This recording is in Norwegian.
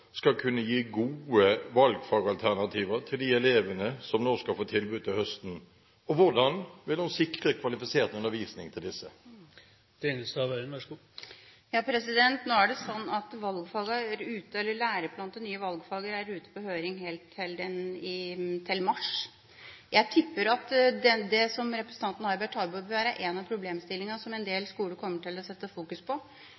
skal kunne gi gode valgfagalternativer til de elevene som skal få tilbud til høsten, og hvordan vil hun sikre kvalifisert undervisning til disse? Nå er det slik at læreplanen for de nye valgfagene er ute på høring helt til mars måned. Jeg tipper at det som representanten Harberg tar opp, vil være en av problemstillingene som en del skoler kommer til å fokusere på,